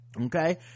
okay